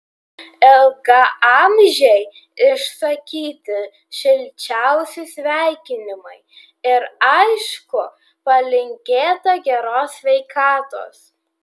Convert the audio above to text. ilgaamžei išsakyti šilčiausi sveikinimai ir aišku palinkėta geros sveikatos